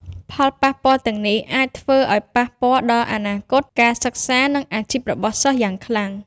ផលប៉ះពាល់ទាំងនេះអាចធ្វើឲ្យប៉ះពាល់ដល់អនាគតការសិក្សា និងអាជីពរបស់សិស្សយ៉ាងខ្លាំង។